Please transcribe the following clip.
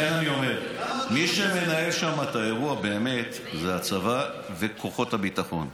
לכן אני אומר שמי שמנהל שם את האירוע באמת זה הצבא וכוחות הביטחון,